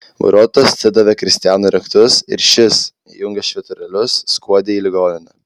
vairuotojas atidavė kristianui raktus ir šis įjungęs švyturėlius skuodė į ligoninę